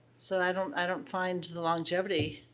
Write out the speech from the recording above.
so i don't i don't find the longevity,